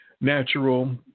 natural